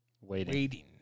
Waiting